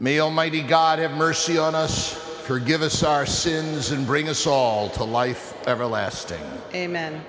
almighty god have mercy on us her give us our sins and bring us all to life everlasting amen